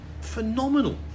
phenomenal